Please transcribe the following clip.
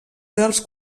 dels